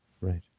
Right